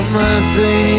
mercy